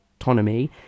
autonomy